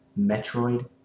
Metroid